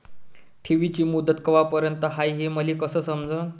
ठेवीची मुदत कवापर्यंत हाय हे मले कस समजन?